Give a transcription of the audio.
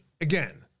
again